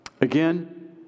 again